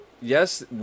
Yes